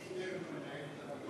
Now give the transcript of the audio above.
חבר הכנסת שטרן מנהל את הדיון.